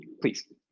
please